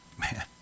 man